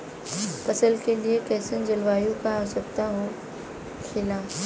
फसल के लिए कईसन जलवायु का आवश्यकता हो खेला?